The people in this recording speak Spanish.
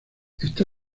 está